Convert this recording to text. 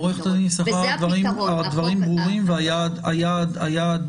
עורכת דין יששכר, הדברים ברורים והיעד מוסכם.